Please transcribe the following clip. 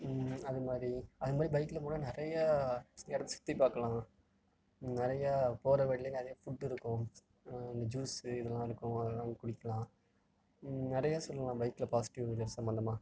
அது மாதிரி அது மாதிரி பைக்கில் போனால் நிறையா இடத்த சுற்றி பார்க்கலாம் நிறையா போகிற வழிலேயே நிறையா ஃபுட் இருக்கும் ஜூஸு இதெல்லாம் இருக்கும் அதெல்லாம் குடிக்கலாம் நிறையா சொல்லலாம் பைக்கில் பாசிட்டிவ் இது சம்மந்தமாக